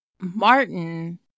Martin